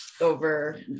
over